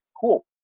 Cool